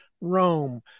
Rome